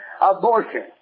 abortion